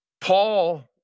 Paul